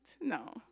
No